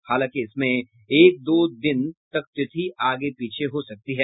हालांकि इसमें एक दो दिन तक तिथि आगे पीछे हो सकती है